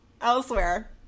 elsewhere